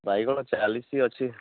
ବାଇଗଣ ଚାଲିଶି ଅଛି